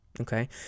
Okay